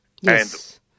Yes